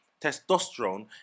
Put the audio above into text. testosterone